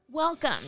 Welcome